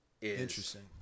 Interesting